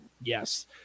Yes